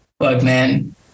Bugman